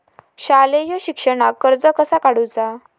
शालेय शिक्षणाक कर्ज कसा काढूचा?